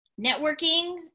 networking